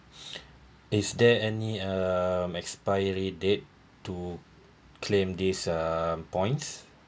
is there any um expiry date to claim this uh points